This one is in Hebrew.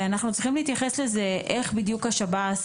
אנחנו צריכים להתייחס לזה, איך בדיוק השב"ס